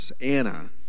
Anna